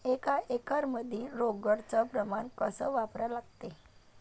एक एकरमंदी रोगर च प्रमान कस वापरा लागते?